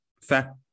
fact